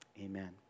Amen